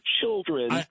children